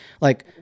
like-